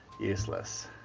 Useless